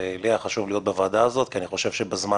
לי היה חשוב להיות בוועדה הזאת כי אני חושב שבזמן